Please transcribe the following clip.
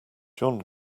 john